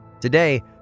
Today